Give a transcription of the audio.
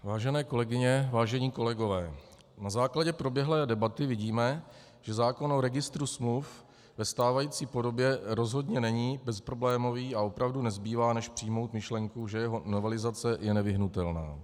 Vážené kolegyně, vážení kolegové, na základě proběhlé debaty vidíme, že zákon o registru smluv ve stávající podobě rozhodně není bezproblémový a opravdu nezbývá než přijmout myšlenku, že jeho novelizace je nevyhnutelná.